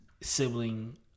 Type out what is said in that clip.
sibling